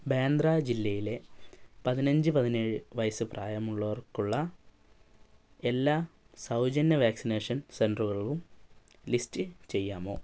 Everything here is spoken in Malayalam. ബാന്ദ്ര ജില്ലയിലെ പതിനഞ്ചു പതിനേഴ് വയസ് പ്രായമുള്ളവർക്കുള്ള എല്ലാ സൗജന്യ വാക്സിനേഷൻ സെന്ററുകളും ലിസ്റ്റ് ചെയ്യാമോ